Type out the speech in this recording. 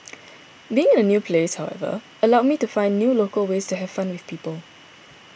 being in a new place however allowed me to find new local ways to have fun with people